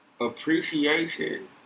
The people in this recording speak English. appreciation